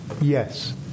yes